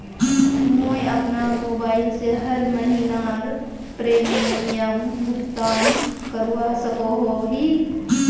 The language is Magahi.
मुई अपना मोबाईल से हर महीनार प्रीमियम भुगतान करवा सकोहो ही?